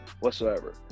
whatsoever